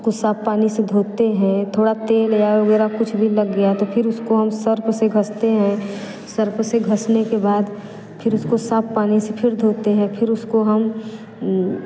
उसको साफ़ पानी से धोते है थोड़ा तेल या वगैरह कुछ भी लग गया तो फिर उसको सर्फ़ से घिसते है सर्फ़ से घिसते के बाद फिर उसको साफ़ पानी से फिर धोते है फिर उसको हम